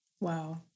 Wow